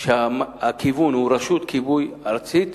שהכיוון שלה הוא רשות כיבוי ארצית,